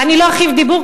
ואני לא ארחיב בדיבור,